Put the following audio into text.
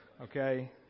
Okay